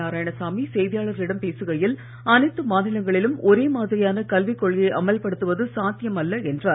நாராயணசாமி செய்தியாளர்களிடம் பேசுகையில் அனைத்து மாநிலங்களிலும் ஒரே மாதிரியான கல்வி கொள்கையை அமல்படுத்துவது சாத்தியம் அல்ல என்றார்